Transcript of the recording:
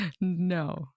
No